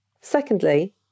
Secondly